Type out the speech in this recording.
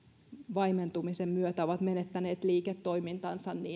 vaimentumisen myötä ovat menettäneet liiketoimintansa